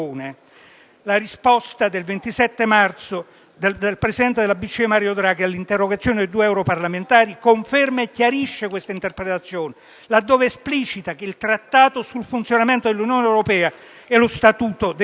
La risposta del 27 marzo del presidente della BCE Mario Draghi all'interrogazione di due europarlamentari conferma e chiarisce questa interpretazione, laddove esplicita che il Trattato sul funzionamento dell'Unione europea e lo statuto del Sistema